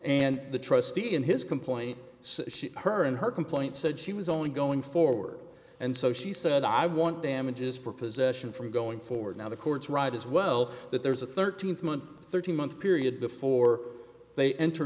and the trustee in his complaint her and her complaint said she was only going forward and so she said i want damages for possession from going forward now the court's right as well that there's a thirteen month thirteen month period before they en